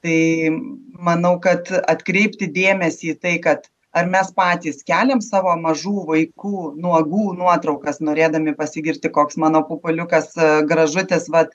tai manau kad atkreipti dėmesį į tai kad ar mes patys keliam savo mažų vaikų nuogų nuotraukas norėdami pasigirti koks mano pupuliukas gražutis vat